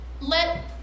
Let